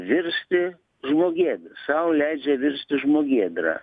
virsti žmogėdra sau leidžia virsti žmogėdra